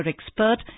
expert